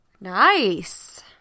Nice